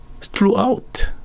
throughout